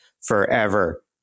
forever